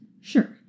Sure